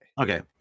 Okay